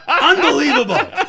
Unbelievable